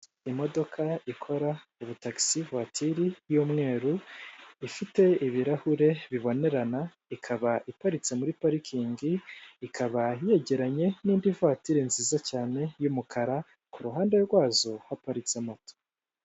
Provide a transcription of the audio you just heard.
Imodoka ikora ubutagisi vuwatire y'umweru ifite ibirahure bibonerana ikaba iparitse muri parikingi ikaba yegeranye n'indi vatire nziza cyane y'umukara ku ruhande rwazo, haparitse moto.